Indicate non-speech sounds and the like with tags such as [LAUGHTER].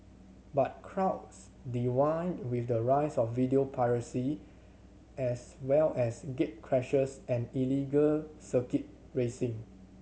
but crowds [UNINTELLIGIBLE] with the rise of video piracy as well as gatecrashers and illegal circuit racing